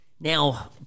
Now